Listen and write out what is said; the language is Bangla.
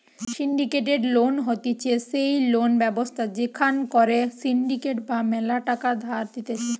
সিন্ডিকেটেড লোন হতিছে সেই লোন ব্যবস্থা যেখান করে সিন্ডিকেট রা ম্যালা টাকা ধার দিতেছে